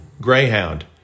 Greyhound